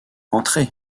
entrez